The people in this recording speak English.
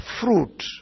fruit